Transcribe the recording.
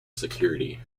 security